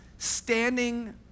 standing